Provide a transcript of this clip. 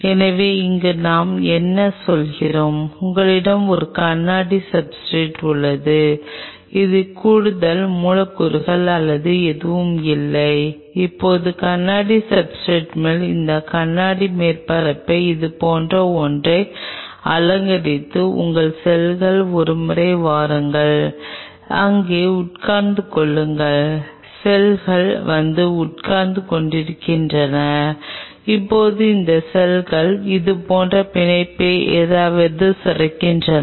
எனவே இங்கே நாம் என்ன சொல்கிறோம் உங்களிடம் ஒரு கண்ணாடி சப்ஸ்ர்டேட் உள்ளது அதில் கூடுதல் மூலக்கூறுகள் அல்லது எதுவும் இல்லை இப்போது கண்ணாடி சப்ஸ்ர்டேட் மேல் இந்த கண்ணாடி மேற்பரப்பை இதுபோன்ற ஒன்றை அலங்கரித்து உங்கள் செல்கள் ஒருமுறை வாருங்கள் அங்கே உட்கார்ந்து கொள்ளுங்கள் செல்கள் வந்து உட்கார்ந்து கொண்டிருக்கின்றன இப்போது இந்த செல்கள் இது போன்ற பிணைப்பை எதையாவது சுரக்கின்றன